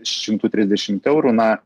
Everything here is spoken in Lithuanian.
šimtų trisdešim eurų na